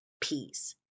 peace